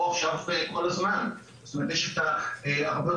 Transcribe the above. יש ערבויות